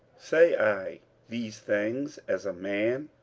say i these things as a man?